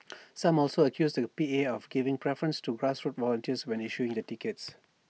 some also accused the P A of giving preference to grassroots volunteers when issuing the tickets